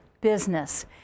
business